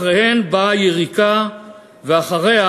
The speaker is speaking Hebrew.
אחריהן באה יריקה ואחריה,